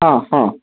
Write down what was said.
ಹಾಂ ಹಾಂ